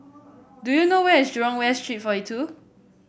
do you know where is Jurong West Street forty two